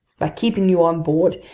by keeping you on board,